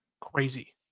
crazy